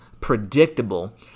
predictable